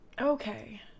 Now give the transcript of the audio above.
Okay